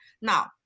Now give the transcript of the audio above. Now